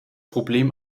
problem